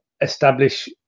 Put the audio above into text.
establish